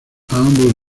ambos